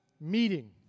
meeting